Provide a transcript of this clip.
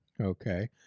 Okay